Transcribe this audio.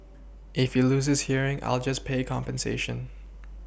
if he loses hearing I'll just pay compensation